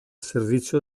servizio